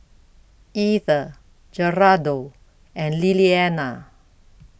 Ether Gerardo and Liliana